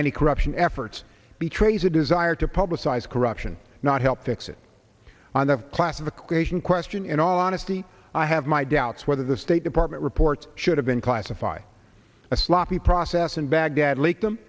any corruption efforts be trey's a desire to publicize corruption not help fix it on the class of the creation question in all honesty i have my doubts whether the state department reports should have been classified a sloppy process in baghdad lake them